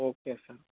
okay sir